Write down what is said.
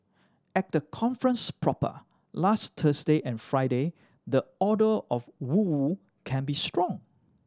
at the conference proper last Thursday and Friday the odour of woo woo can be strong